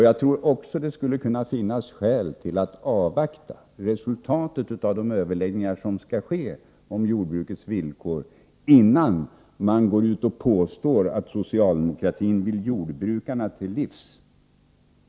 Jag tror också att det skulle kunna finnas skäl att avvakta resultatet av de överläggningar som skall ske om jordbrukets villkor, innan man går ut och påstår att socialdemokratin vill komma jordbrukarna till livs.